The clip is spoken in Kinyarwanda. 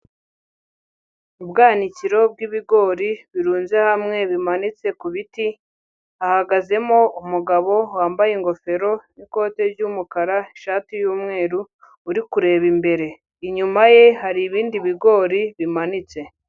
Ubwanikiro bw'ibigori birunze hamwe, bimanitse ku biti, hahagazemo umugabo wambaye ingofero n'ikote ry'umukara, ishati y'umweru, uri kureba imbere. Inyuma ye hari ibindi bigori bimanitse.